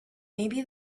maybe